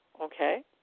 okay